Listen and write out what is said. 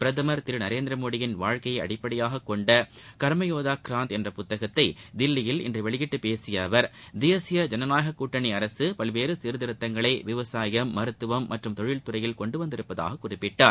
பிரதமர் திரு நரேந்திரமோடியின் வாழ்க்கையை அடிப்படையாக கொண்ட கர்மயோதா கிராந்த் என்ற புத்தகத்தை தில்லியில் இன்று வெளியிட்டு பேசிய அவர் தேசிய ஜனநாயக கூட்டணி அரசு பல்வேறு சீர்திருத்தங்களை விவசாயம் மருத்துவம் மற்றும் தொழில்துறையில் கொண்டுவந்துள்ளதாக குறிப்பிட்டார்